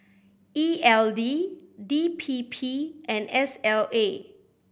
E L D D P P and S L A